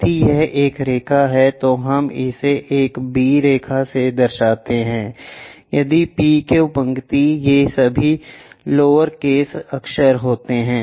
यदि यह एक रेखा है तो हम इसे एक b रेखा से दर्शाते हैं शायद p q पंक्ति ये सभी लोअर केस अक्षर हैं